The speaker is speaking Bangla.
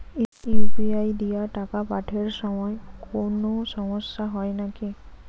ইউ.পি.আই দিয়া টাকা পাঠের সময় কোনো সমস্যা হয় নাকি?